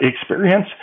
experience